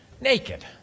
naked